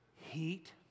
Heat